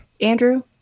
Andrew